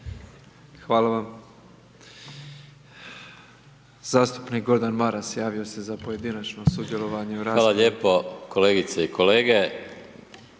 Hvala vam. Zastupnik Gordan Maras javio se za pojedinačno sudjelovanje u raspravi. **Maras, Gordan (SDP)** Hvala lijepo kolegice i kolege.